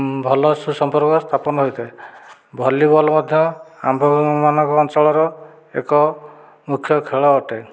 ଭଲ ସୁସମ୍ପର୍କ ସ୍ଥାପନ ହୋଇଥାଏ ଭଳିବଲ ମଧ୍ୟ ଆମ୍ଭ ମାନଙ୍କ ଅଞ୍ଚଳର ଏକ ମୁଖ୍ୟ ଖେଳ ଅଟେ